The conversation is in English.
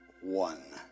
one